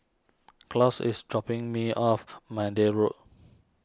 Claus is dropping me off Maude Road